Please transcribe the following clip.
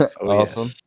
Awesome